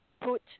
put